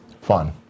Fun